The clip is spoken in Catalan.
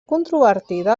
controvertida